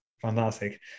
fantastic